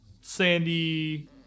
sandy